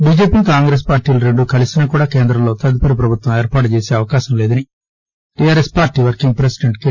BJP Congress పార్టీలు రెండు కలిసినా కూడా కేంద్రంలో తదుపరి ప్రభుత్వం ఏర్పాటు చేసే అవకాశం లేదని TRS party working president K